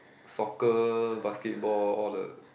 soccer basketball all the